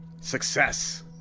success